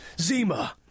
Zima